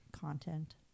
content